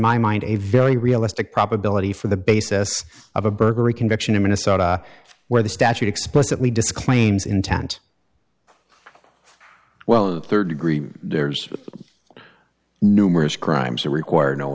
my mind a very realistic probability for the basis of a burglary conviction in minnesota where the statute explicitly disclaims intent well the rd degree there's numerous crimes that require no